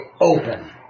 open